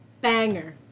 Banger